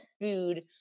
food